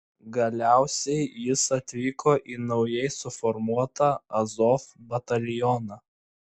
galiausiai jis atvyko į naujai suformuotą azov batalioną